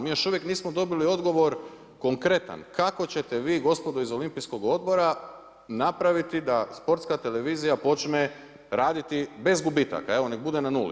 Mi još uvijek nismo dobili odgovor konkretan, kako ćete vi gospodo iz Olimpijskog odbora napraviti da sportska televizija počne raditi bez gubitaka, evo nego bude na nuli.